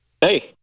Hey